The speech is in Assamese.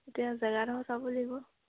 এতিয়া জেগাডখৰ চাব লাগিব